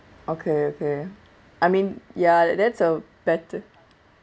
okay okay I mean ya that's a better